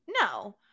No